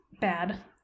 bad